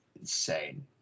insane